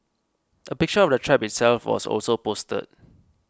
a picture of the trap itself was also posted